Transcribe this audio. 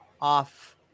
off